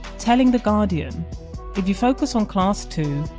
telling the guardian if you focus on class too,